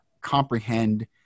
comprehend